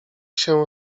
się